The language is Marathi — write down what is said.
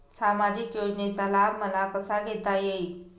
सामाजिक योजनेचा लाभ मला कसा घेता येईल?